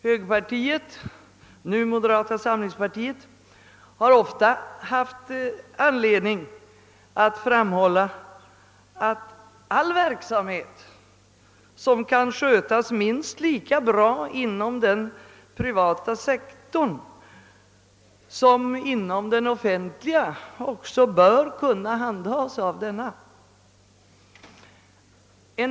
Högerpartiet — nu moderata samlingspartiet — har ofta haft anledning framhålla att all verksamhet som kan skötas minst lika bra inom den privata som inom den offentliga sektorn också bör kunna handhas av den privata sektorn.